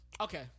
Okay